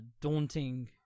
daunting